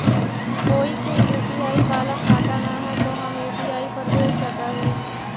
कोय के यु.पी.आई बाला खाता न है तो हम यु.पी.आई पर भेज सक ही?